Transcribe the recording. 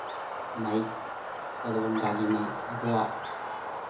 mic ᱠᱚᱫᱚ ᱵᱚᱱ ᱵᱟᱹᱜᱤᱢᱟ ᱟᱵᱚᱣᱟᱜ